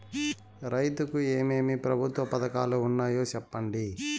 రైతుకు ఏమేమి ప్రభుత్వ పథకాలు ఉన్నాయో సెప్పండి?